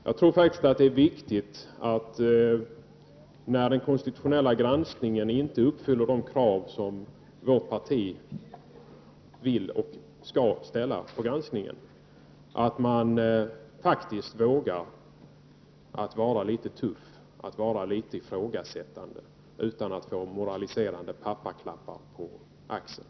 Jag tror faktiskt att det är viktigt, när den konstitutionella granskningen inte uppfyller de krav som vårt parti vill och skall ställa på en granskning, att man vågar vara litet tuff, litet ifrågasättande, utan att få moraliserande pappaklappar på axeln.